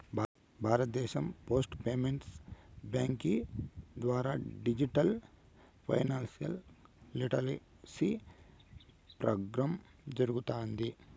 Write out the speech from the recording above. భారతదేశం post payments bank ద్వారా digital financial literacy programme జరగతాంది